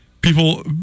People